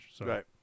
Right